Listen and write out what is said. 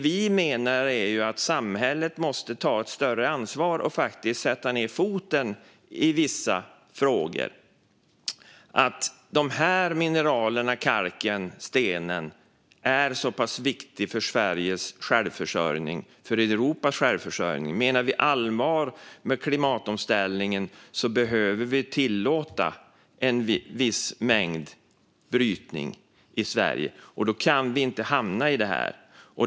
Vi menar att samhället måste ta ett större ansvar och faktiskt sätta ned foten i vissa frågor: Dessa mineral eller denna kalk eller sten är viktig för Sveriges och Europas självförsörjning, och menar vi allvar med klimatomställningen behöver vi tillåta en viss mängd brytning i Sverige. Då kan vi inte hamna i detta.